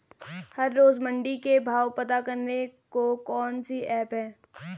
हर रोज़ मंडी के भाव पता करने को कौन सी ऐप है?